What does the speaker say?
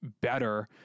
better